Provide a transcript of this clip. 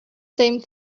same